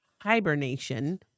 hibernation